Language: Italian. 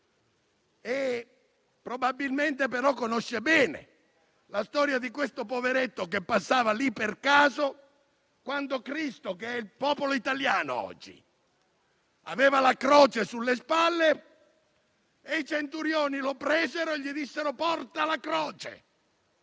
Probabilmente, però, conosce bene la storia di quel poveretto che passava lì per caso, quando Cristo, che è il popolo italiano oggi, aveva la croce sulle spalle e i centurioni lo presero e gli dissero: «Porta la croce».